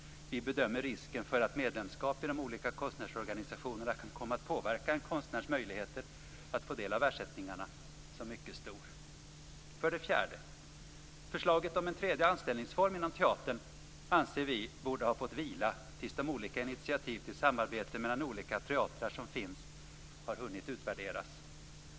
Vi bedömer risken för att medlemskap i de olika konstnärsorganisationerna kan komma att påverka en konstnärs möjligheter att få del av ersättningarna som mycket stor. För det fjärde: Förslaget om en tredje anställningsform inom teatern anser vi borde ha fått vila tills de olika initiativ till samarbete mellan olika teatrar som finns har hunnit utvärderas.